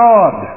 God